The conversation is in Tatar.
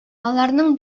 аларның